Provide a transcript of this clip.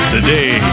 Today